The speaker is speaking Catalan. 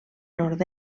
nord